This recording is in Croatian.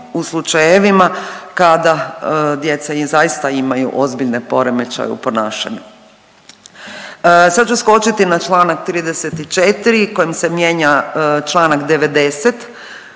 u slučajevima kad djeca i zaista imaju ozbiljne poremećaje u ponašanju. Sad ću skočiti na Članak 34. kojim se mijenja Članak 90.